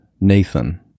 Nathan